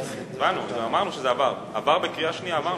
אמרנו שזה עבר בקריאה שנייה.